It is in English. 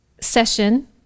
session